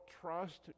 trust